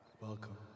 Welcome